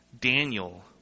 Daniel